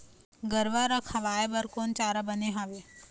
गरवा रा खवाए बर कोन चारा बने हावे?